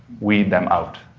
weed them out.